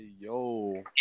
Yo